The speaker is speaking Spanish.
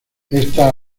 esta